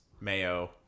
Mayo